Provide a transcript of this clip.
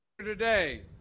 Today